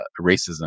racism